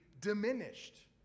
diminished